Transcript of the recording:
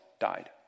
died